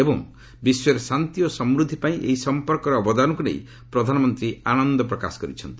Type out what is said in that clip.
ଏବଂ ବିଶ୍ୱରେ ଶାନ୍ତି ଓ ସମୃଦ୍ଧି ପାଇଁ ଏହି ସମ୍ପର୍କର ଅବଦାନକୁ ନେଇ ପ୍ରଧାନମନ୍ତ୍ରୀ ଆନନ୍ଦ ପ୍ରକାଶ କରିଛନ୍ତି